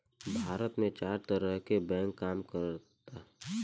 भारत में चार तरह के बैंक काम करऽता